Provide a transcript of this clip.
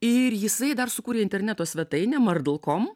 ir jisai dar sukūrė interneto svetainę mardel kom